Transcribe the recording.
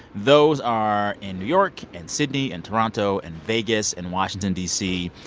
those are in new york and sydney and toronto and vegas and washington d c.